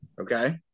Okay